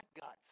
guts